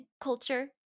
culture